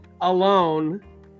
alone